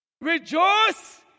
Rejoice